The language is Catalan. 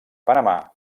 panamà